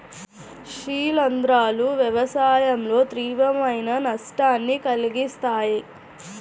శిలీంధ్రాలు వ్యవసాయంలో తీవ్రమైన నష్టాన్ని కలిగిస్తాయి